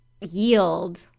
yield